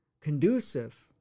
conducive